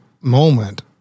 moment